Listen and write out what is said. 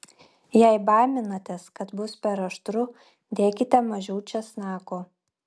jei baiminatės kad bus per aštru dėkite mažiau česnako